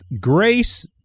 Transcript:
grace